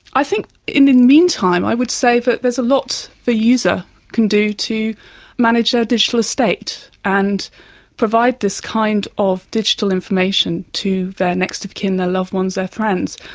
i think in the meantime i would say that there is a lot the user can do to manage their digital estate and provide this kind of digital information to their next of kin, their loved ones, their friends.